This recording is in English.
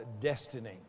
destiny